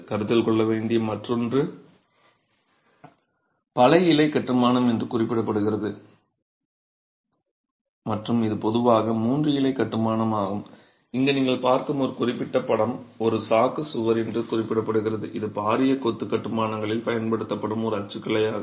கருத்தில் கொள்ள வேண்டிய மற்றொன்று பல இலை கட்டுமானம் என்று குறிப்பிடப்படுகிறது மற்றும் இது பொதுவாக மூன்று இலை கட்டுமானம் ஆகும் இங்கு நீங்கள் பார்க்கும் இந்த குறிப்பிட்ட படம் ஒரு சாக்கு சுவர் என்று குறிப்பிடப்படுகிறது இது பாரிய கொத்து கட்டுமானங்களில் பயன்படுத்தப்படும் ஒரு அச்சுக்கலை ஆகும்